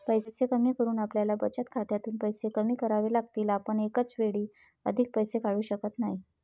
पैसे कमी करून आपल्याला बचत खात्यातून पैसे कमी करावे लागतील, आपण एकाच वेळी अधिक पैसे काढू शकत नाही